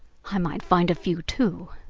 i might find a few, too.